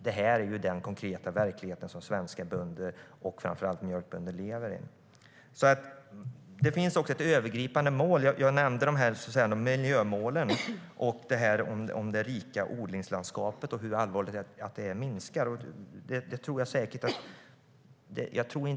Det är den konkreta verklighet som svenska bönder, framför allt mjölkbönder, lever i.Det finns också ett övergripande mål. Jag nämnde miljömålen och hur allvarligt det är att det rika odlingslandskapet minskar.